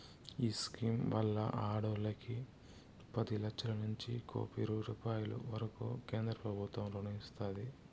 ఈ స్కీమ్ వల్ల ఈ ఆడోల్లకి పది లచ్చలనుంచి కోపి రూపాయిల వరకూ కేంద్రబుత్వం రుణం ఇస్తాది